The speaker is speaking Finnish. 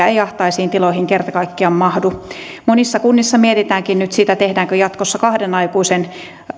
ei ahtaisiin tiloihin kerta kaikkiaan mahdu monissa kunnissa mietitäänkin nyt sitä tehdäänkö jatkossa kahden aikuisen